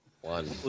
One